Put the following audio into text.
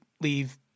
leave